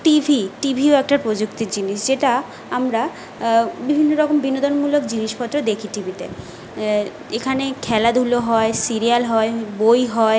TV টি ভিও একটা প্রযুক্তির জিনিস যেটা আমরা বিভিন্ন রকম বিনোদনমূলক জিনিসপত্র দেখি টি ভিতে এখানে খেলাধুলো হয় সিরিয়াল হয় বই হয়